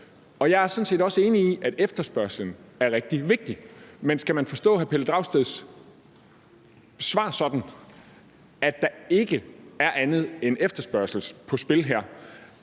Jeg er sådan set også enig i, at efterspørgslen er rigtig vigtig. Men skal man forstå hr. Pelle Dragsteds svar sådan, at der ikke er andet end efterspørgsel på spil her,